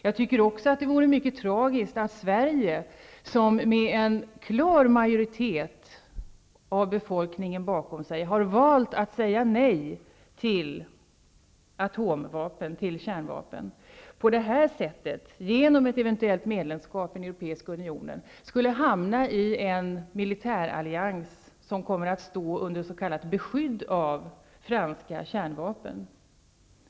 Det vore också mycket tragiskt om Sverige, där en klar majoritet bland folket valt att säga nej till kärnvapen, på detta sätt genom ett eventuellt medlemskap i den europeiska unionen skulle hamna i en militärallians som kommer att stå under s.k. beskydd av franska kärnvapen.